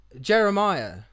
Jeremiah